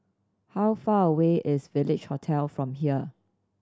how far away is Village Hotel from here